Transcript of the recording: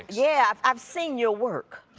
yeah, i've seen your work.